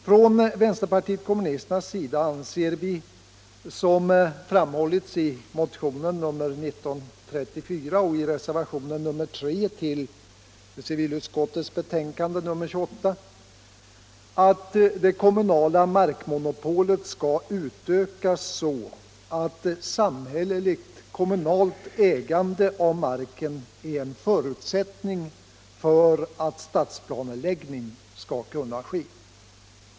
Från vpk:s sida anser vi, som framhålls i motion nr 1934 och i reservation nr 3 till civilutskottets betänkande nr 28. att det kommunala mark monopolet skall utökas så att samhälleligtkommunalt ägande av marken är en förutsättning för att stadsplaneläggning skall kunna ske.